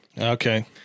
Okay